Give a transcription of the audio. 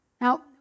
Now